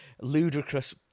ludicrous